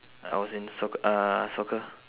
I was in soc~ uh soccer